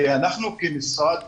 אנחנו כמשרד